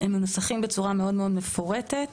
הם מנוסחים בצורה מאוד מאוד מפורטת,